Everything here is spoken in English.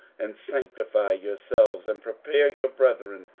and sanctify yourselves, and prepare your brethren,